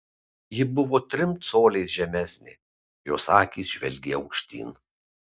ji buvo trim coliais žemesnė jos akys žvelgė aukštyn